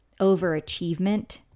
overachievement